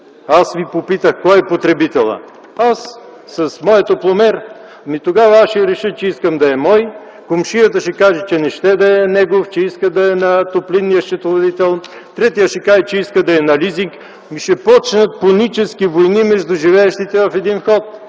аз Ви попитах: кой е потребителят? Аз - с моя топломер. Тогава аз ще реша, че искам да е мой, комшията ще каже, че не ще да е негов, че иска да е на топлинния счетоводител, третият ще каже, че иска да е на лизинг. Ще почнат пунически войни между живеещите в един вход,